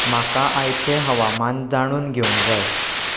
म्हाका आयचें हवामान जाणून घेवंक जाय